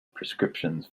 prescriptions